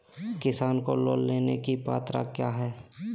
किसान को लोन लेने की पत्रा क्या है?